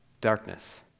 darkness